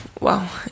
Wow